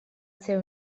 ser